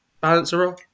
balancer